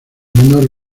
menor